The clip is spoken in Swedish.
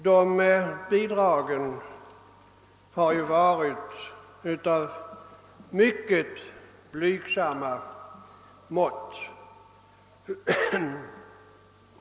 Dessa bidrag har varit av mycket blygsamma mått.